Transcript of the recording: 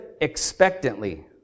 expectantly